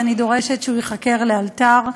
אז אני דורשת שהוא ייחקר לאלתר.